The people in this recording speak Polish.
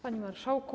Panie Marszałku!